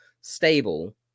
stable